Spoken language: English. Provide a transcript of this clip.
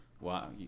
Wow